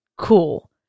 cool